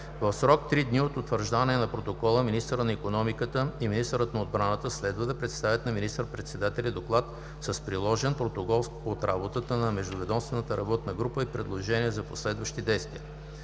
В срок три дни от утвърждаване на протокола министърът на икономиката и министърът на отбраната следва да представят на министър-председателя доклад с приложен протокол от работата на Междуведомствената работна група и предложения за последващи действия.